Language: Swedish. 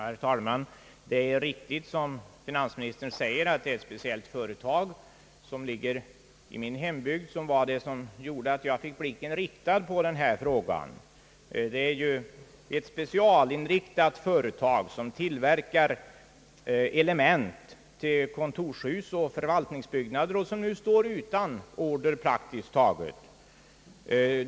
Herr talman! Det är riktigt som finansministern säger att det är ett speciellt företag i min hembygd som gjorde att jag fick blicken riktad på denna fråga. Det är ett specialinriktat företag som tillverkar element till kontorshus och förvaltningsbyggnader och som nu praktiskt taget står utan order.